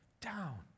down